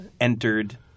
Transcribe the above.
entered